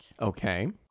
Okay